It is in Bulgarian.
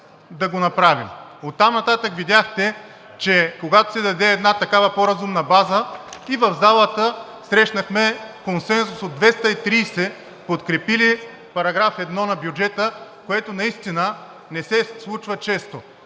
Оттам нататък видяхте, че когато се даде една такава по-разумна база и в залата срещнахме консенсус от 230 подкрепили § 1 на бюджета, което наистина не се случва често.